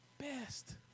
best